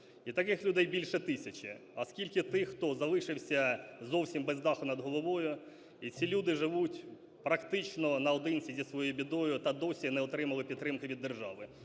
І таких людей більше тисячі. А скільки тих, хто залишився зовсім без даху над головою, і ці люди живуть практично наодинці зі своєю бідою та досі не отримали підтримки від держави.